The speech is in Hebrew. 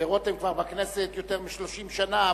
ורותם בכנסת כבר יותר מ-30 שנה,